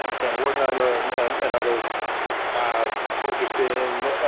dan wertheimer and and and others have focused in,